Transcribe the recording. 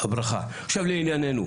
עכשיו לענייננו,